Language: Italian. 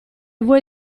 vuoi